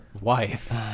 wife